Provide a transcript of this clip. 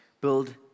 build